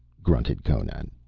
grunted conan,